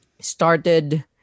started